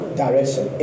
direction